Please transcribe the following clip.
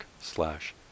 slash